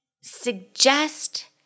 suggest